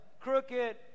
crooked